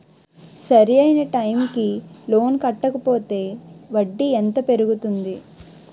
సరి అయినా టైం కి లోన్ కట్టకపోతే వడ్డీ ఎంత పెరుగుతుంది?